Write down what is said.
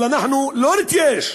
אבל אנחנו לא נתייאש,